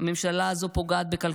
הממשלה הזו פוגעת בביטחון המדינה.